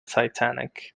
titanic